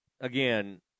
again